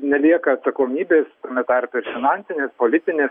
nelieka atsakomybės tame tarpe ir finansinės politinės